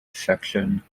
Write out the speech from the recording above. section